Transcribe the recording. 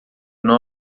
não